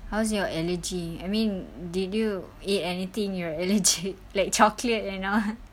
how's your allergy I mean did you eat anything you are allergic like chocolate and all